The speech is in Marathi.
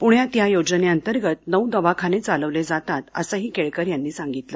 पुण्यात ह्या योजनेअंतर्गत नऊ दवाखाने चालवले जातात असंही केळकर यांनी सांगितलं